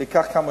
זה ייקח כמה